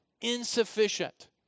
insufficient